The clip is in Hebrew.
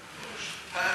היה,